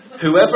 Whoever